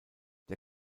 der